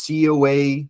COA